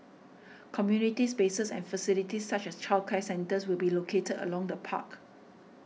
community spaces and facilities such as childcare centres will be located along the park